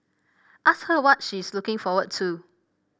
ask her what she is looking forward to